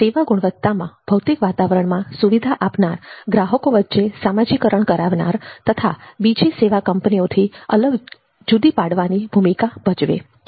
સેવા ગુણવત્તામાં ભૌતિક વાતાવરણ સુવિધા આપનાર ગ્રાહકો વચ્ચે સામાજીકરણ કરાવનાર તથા બીજી સેવા કંપનીઓથી અલગ જુદા પાડવાની ભૂમિકા ભજવે છે